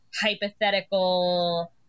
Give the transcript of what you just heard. hypothetical